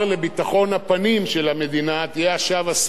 תהיה עכשיו השר להגנת העורף של המדינה.